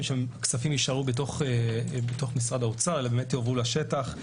שהכספים יישארו בתוך משרד האוצר אלא באמת יעברו לשטח.